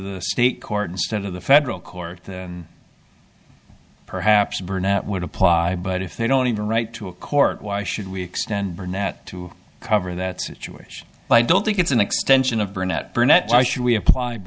the state court instead of the federal court perhaps burnett would apply but if they don't even write to a court why should we extend burnett to cover that situation but i don't think it's an extension of burnett burnett why should we appl